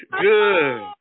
Good